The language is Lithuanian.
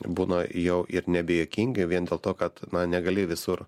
būna jau ir nebejuokingi vien dėl to kad na negali visur